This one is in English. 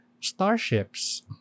starships